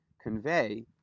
convey